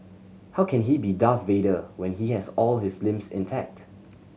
how can he be Darth Vader when he has all his limbs intact